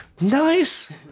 Nice